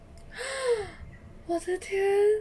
!huh! 我的天